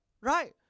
right